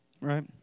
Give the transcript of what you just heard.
right